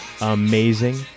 amazing